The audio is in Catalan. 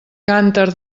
cànter